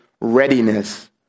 readiness